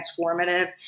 transformative